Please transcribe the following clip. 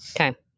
Okay